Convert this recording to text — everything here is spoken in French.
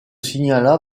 signala